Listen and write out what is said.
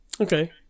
Okay